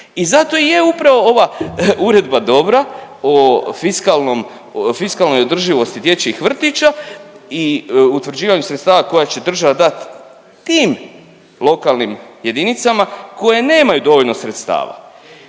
I zato i je upravo ova uredba dobra o fiskalnoj održivosti dječjih vrtića i utvrđivanju sredstava koja će država dat tim lokalnim jedinicama koje nemaju dovoljno sredstava.